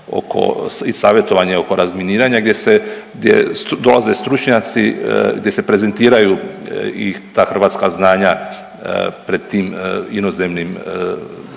i savjetovanje oko razminiranja gdje se, gdje dolaze stručnjaci, gdje se prezentiraju i ta hrvatska znanja pred tim inozemnim